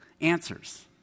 answers